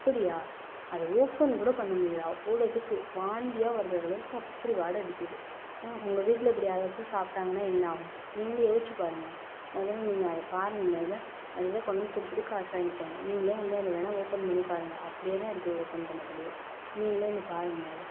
இப்படியா அது ஓப்பன் கூட பண்ண முடியலை அவ்வளோதுக்கு வாந்தியா வர்ற அளவுக்கு அப்படி வாடை அடிக்குது உங்கள் வீட்டில் இப்படி யாராச்சும் சாப்பிட்டாங்கன்னா என்னாகும் நீங்களே யோசிச்சுப் பாருங்கள் முதல்ல நீங்கள் அதை பாருங்கள் முதல்ல மரியாதையாக கொண்டு வந்து கொடுத்துட்டு காசை வாங்கிட்டுப் போங்க நீங்களே வந்து அதை வேணா ஓப்பன் பண்ணி பாருங்கள் அப்படியேதான் இருக்குது ஓப்பன் பண்ணப்படியே நீங்களே வந்து பாருங்கள் முதல்ல